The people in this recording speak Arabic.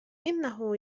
إنه